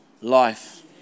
life